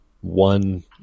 one